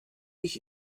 ich